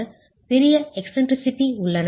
பெரிய eccentricity மைய பிறழ்ச்சி உள்ளன